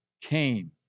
came